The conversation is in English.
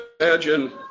imagine